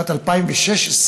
בשנת 2016,